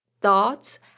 thoughts